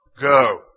Go